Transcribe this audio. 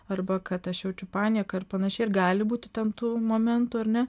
arba kad aš jaučiu panieką ir panašiai ir gali būt įtemptų momentų ar ne